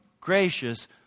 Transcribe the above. Gracious